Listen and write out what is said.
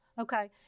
okay